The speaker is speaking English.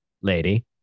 Lady